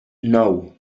nou